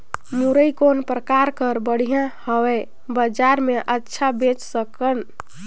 मुरई कौन प्रकार कर बढ़िया हवय? बजार मे अच्छा बेच सकन